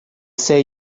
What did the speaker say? say